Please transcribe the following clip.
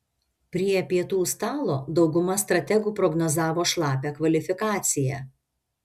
prie pietų stalo dauguma strategų prognozavo šlapią kvalifikaciją